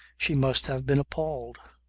she must have been appalled.